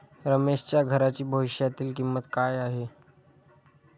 रमेशच्या घराची भविष्यातील किंमत काय आहे?